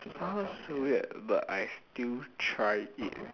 sounds so weird but I still try it